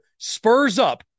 SPURSUP